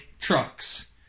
trucks